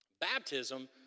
Baptism